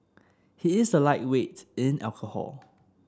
he is a lightweight in alcohol